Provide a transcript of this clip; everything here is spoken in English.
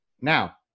Now